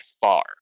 far